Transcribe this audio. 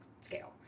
scale